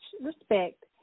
respect